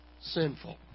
sinful